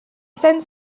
send